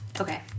Okay